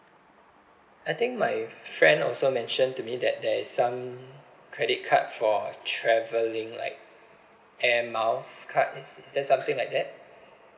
I think my friend also mentioned to me that there is some credit card for travelling like air miles card is is there something like that